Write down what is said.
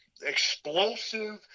explosive